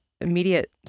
immediate